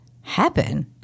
happen